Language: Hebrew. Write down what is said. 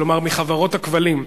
כלומר מחברות הכבלים.